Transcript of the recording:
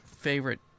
favorite